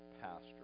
Pastor